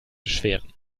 beschweren